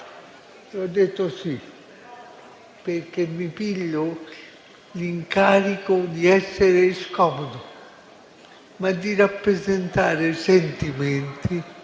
Ho detto "sì", perché mi piglio l'incarico di essere scomodo, ma di rappresentare sentimenti,